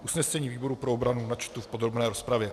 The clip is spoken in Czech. Usnesení výboru pro obranu načtu v podrobné rozpravě.